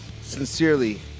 sincerely